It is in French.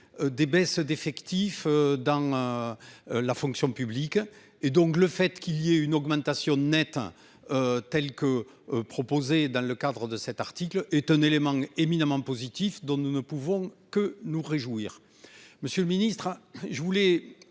des baisses d'effectifs dans. La fonction publique et donc le fait qu'il y a une augmentation nette hein. Telle que proposée dans le cadre de cet article est un élément éminemment positif dont nous ne pouvons que nous réjouir. Monsieur le Ministre, je voulais